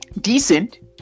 decent